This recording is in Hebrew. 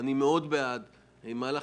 אני מאוד בעד מהלך.